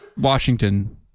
Washington